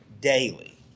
daily